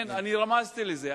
אני רמזתי לזה.